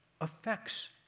affects